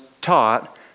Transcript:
taught